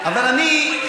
אבל אני,